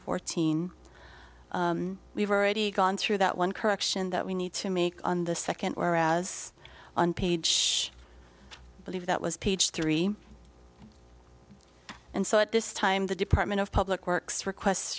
fourteen we've already gone through that one correction that we need to make on the second whereas on page believe that was page three and so at this time the department of public works request